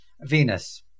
Venus